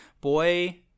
Boy